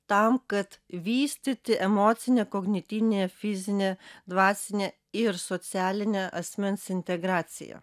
tam kad vystyti emocinę kognityvinę fizinę dvasinę ir socialinę asmens integraciją